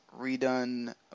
redone